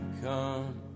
come